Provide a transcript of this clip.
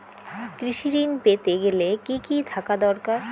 কৃষিঋণ পেতে গেলে কি কি থাকা দরকার?